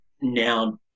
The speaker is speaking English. now